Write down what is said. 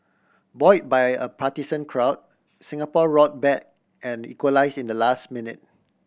buoy by a partisan crowd Singapore roared back and equalise in the last minute